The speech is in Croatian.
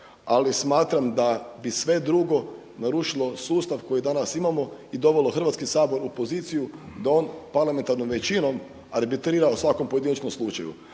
Ali smatram da bi sve drugo narušilo sustav koji danas imamo i dovelo Hrvatski sabor u poziciju da on parlamentarnom većinom arbitrira u svakom pojedinačnom slučaju,